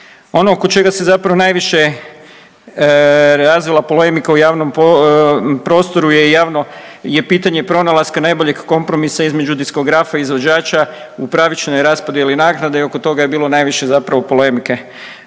Ono oko čega se zapravo najviše razvila polemika u javnom prostoru je pitanje pronalaska najboljeg kompromisa između diskografa izvođača u pravičnoj raspodjeli naknada i oko toga je bilo najviše zapravo polemike.